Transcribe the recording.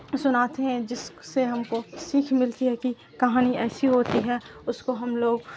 سناتے ہیں جس سے ہم کو سیکھ ملتی ہے کہ کہانی ایسی ہوتی ہے اس کو ہم لوگ